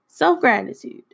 Self-gratitude